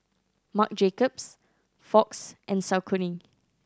Marc Jacobs Fox and Saucony